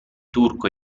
turco